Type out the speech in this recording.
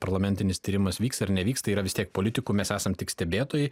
parlamentinis tyrimas vyks ar nevyks tai yra vis tiek politikų mes esam tik stebėtojai